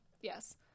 yes